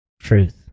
Truth